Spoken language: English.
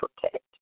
protect